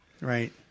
Right